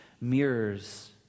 mirrors